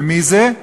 ומי זה?